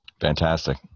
fantastic